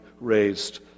raised